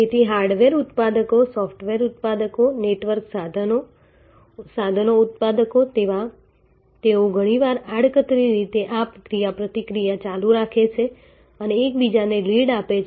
તેથી હાર્ડવેર ઉત્પાદકો સોફ્ટવેર ઉત્પાદકો નેટવર્ક સાધનો ઉત્પાદકો તેઓ ઘણીવાર આડકતરી રીતે આ ક્રિયાપ્રતિક્રિયા ચાલુ રાખે છે અને એકબીજાને લીડ આપે છે